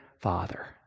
father